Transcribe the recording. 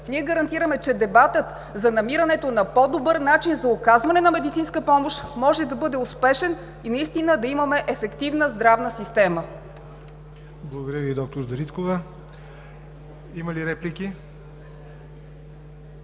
ние гарантираме, че дебатът за намирането на по-добър начин за оказване на медицинска помощ, може да бъде успешен и наистина да имаме ефективна здравна система. ПРЕДСЕДАТЕЛ ЯВОР НОТЕВ: Благодаря Ви, д-р Дариткова. Има ли реплики?